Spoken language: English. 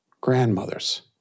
grandmothers